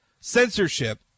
censorship